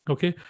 Okay